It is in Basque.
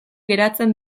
geratzen